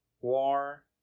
war